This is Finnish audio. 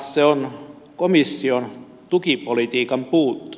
se on komission tukipolitiikan muutos